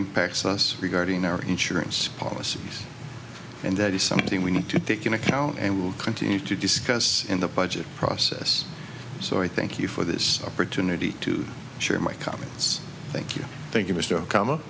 impacts us regarding our insurance policy and that is something we need to take in account and will continue to discuss in the budget process so i thank you for this opportunity to share my comments thank you thank you m